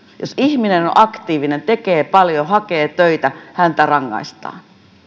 jos ihminen on aktiivinen tekee paljon hakee töitä häntä rangaistaan